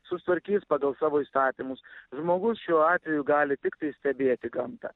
susitvarkys pagal savo įstatymus žmogus šiuo atveju gali tiktai stebėti gamtą